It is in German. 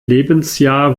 lebensjahr